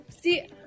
See